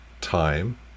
time